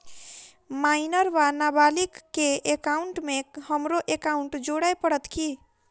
Minor वा नबालिग केँ एकाउंटमे हमरो एकाउन्ट जोड़य पड़त की?